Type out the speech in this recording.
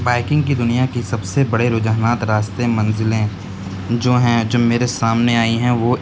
biking کی دنیا کی سب سے بڑے رجحانات راستے منزلیں جو ہیں جو میرے سامنے آئی ہیں وہ